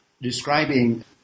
describing